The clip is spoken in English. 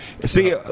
See